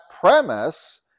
premise